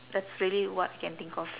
that's really what I can think of